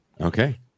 Okay